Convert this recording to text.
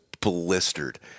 blistered